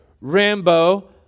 Rambo